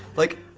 like,